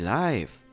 life